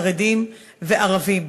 חרדים וערבים.